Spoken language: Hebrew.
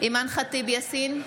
אימאן ח'טיב יאסין,